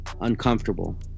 uncomfortable